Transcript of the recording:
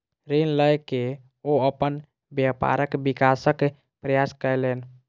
ऋण लय के ओ अपन व्यापारक विकासक प्रयास कयलैन